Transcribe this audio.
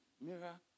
Mirror